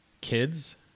kids